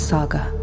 Saga